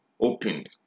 opened